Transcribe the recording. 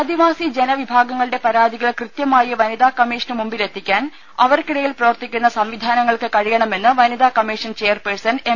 ആദിവാസി ജനവിഭാഗങ്ങളുടെ പരാതികൾ കൃത്യമായി വനിതാ കമ്മീഷന്റ് മുമ്പിൽ എത്തിക്കാൻ അവർക്കിടയിൽ പ്രവർത്തിക്കുന്ന സംവിധാനങ്ങൾക്ക് കഴിയണമെന്ന് വനിതാ കമ്മീഷൻ ചെയർ പേഴ്സൺ എം